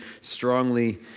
strongly